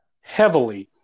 heavily